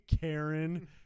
karen